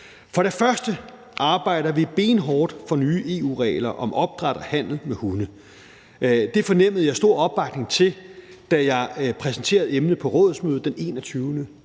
For det første arbejder vi benhårdt for nye EU-regler om opdræt og handel med hunde. Det fornemmede jeg stor opbakning til, da jeg præsenterede emnet på rådsmødet den 21.